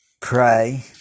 pray